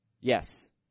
Yes